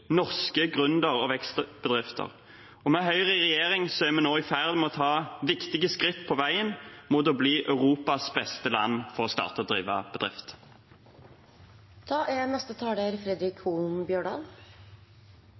norske gründer- og vekstbedrifter. Med Høyre i regjering er vi nå i ferd med å ta viktige skritt på veien mot å bli Europas beste land for å starte og drive